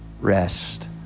rest